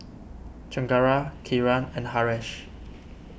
Chengara Kiran and Haresh